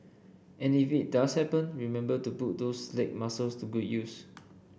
and if it does happen remember to put those leg muscles to good use